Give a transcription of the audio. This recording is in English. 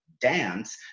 dance